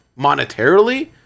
monetarily